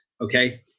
Okay